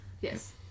Yes